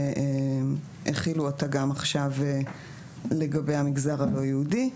שהחילו אותה גם עכשיו לגבי המגזר הלא-יהודי.